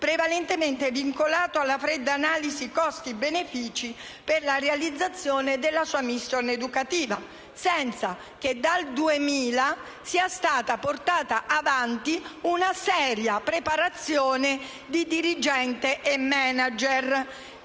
prevalentemente vincolato ad una fredda analisi costi-benefici nella realizzazione della sua *mission* educativa, senza che dal 2000 sia stata portata avanti una seria preparazione di dirigenti e *manager*